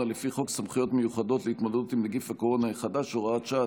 לפי חוק סמכויות מיוחדות להתמודדות עם נגיף הקורונה החדש (הוראת שעה),